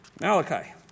Malachi